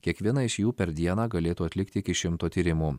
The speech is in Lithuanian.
kiekviena iš jų per dieną galėtų atlikti iki šimto tyrimų